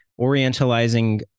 orientalizing